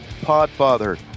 Podfather